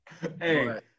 Hey